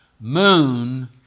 moon